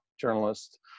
journalist